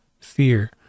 fear